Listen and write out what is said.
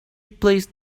placed